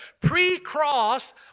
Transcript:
Pre-cross